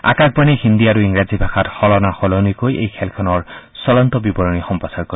আকাশবাণীয়ে হিন্দী আৰু ইংৰাজী ভাষাত সলনাসলনিকৈ এই খেলৰ চলন্ত বিৱৰণী প্ৰচাৰ কৰিব